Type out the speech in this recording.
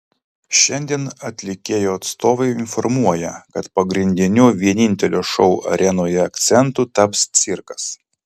šiandien atlikėjo atstovai informuoja kad pagrindiniu vienintelio šou arenoje akcentu taps cirkas